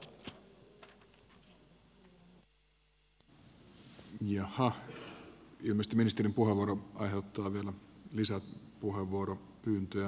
jaha ilmeisesti ministerin puheenvuoro aiheuttaa vielä lisää puheenvuoropyyntöjä